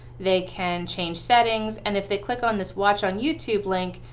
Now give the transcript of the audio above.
they can change settings and if they click on this watch on youtube link,